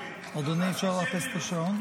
אדוני, אפשר לאפס את השעון?